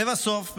לבסוף,